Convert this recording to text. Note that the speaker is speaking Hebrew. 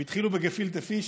הם התחילו בגפילטע פיש,